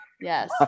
Yes